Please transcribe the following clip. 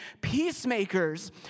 peacemakers